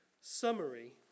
summary